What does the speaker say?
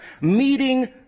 meeting